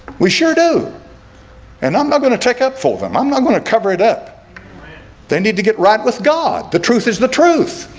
we sure do and i'm not going to take up for them. i'm not going to cover it up they need to get right with god. the truth is the truth.